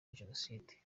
jenoside